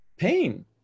pain